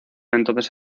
entonces